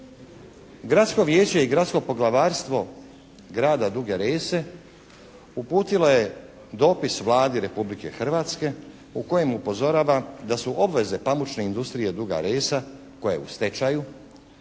Gradsko vijeće i Gradsko poglavarstvo grada Duge Rese uputilo je dopis Vladi Republike Hrvatske u kojem upozorava da su obveze pamučne industrije Duga Resa koja je u stečaju